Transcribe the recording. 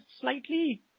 slightly